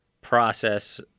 process